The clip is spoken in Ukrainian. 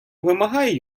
вимагає